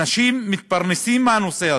אנשים מתפרנסים מהנושא הזה,